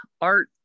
art